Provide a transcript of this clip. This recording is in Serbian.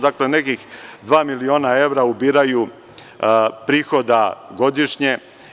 Dakle, nekih dva miliona evra ubiraju prihoda godišnje.